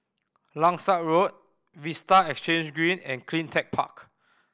Langsat Road Vista Exhange Green and Cleantech Park